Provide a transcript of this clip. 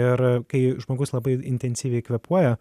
ir kai žmogus labai intensyviai kvėpuoja